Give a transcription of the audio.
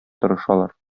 тырышалар